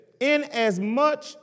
Inasmuch